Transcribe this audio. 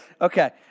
Okay